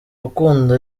rukundo